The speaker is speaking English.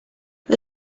the